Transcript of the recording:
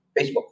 Facebook